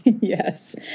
Yes